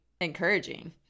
encouraging